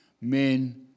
Men